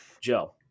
Joe